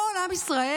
כל עם ישראל,